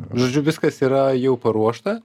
žodžiu viskas yra jau paruošta